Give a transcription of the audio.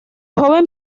joven